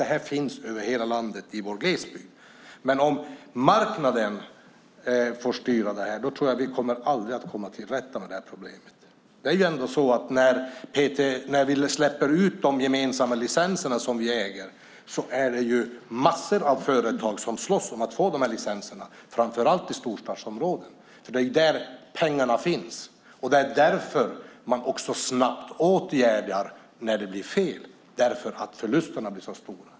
Det finns alltså i vår glesbygd över hela landet. Om marknaden får styra detta tror jag att vi aldrig kommer att komma till rätta med problemet. Det är ändå så att det, när vi släpper ut de gemensamma licenser vi äger, är massor av företag som slåss om att få dem. Det gäller framför allt i storstadsområden, för det är där pengarna finns. Det är därför man snabbt åtgärdar när det blir fel, för förlusterna blir så stora.